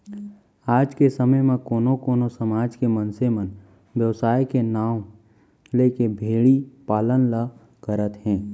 आज के समे म कोनो कोनो समाज के मनसे मन बेवसाय के नांव लेके भेड़ी पालन ल करत हें